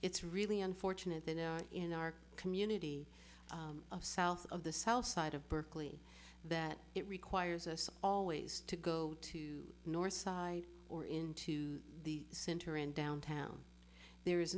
it's really unfortunate that in our community of south of the southside of berkeley that it requires us always to go to the north side or into the center in downtown there is